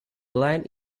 line